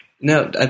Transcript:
No